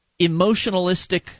emotionalistic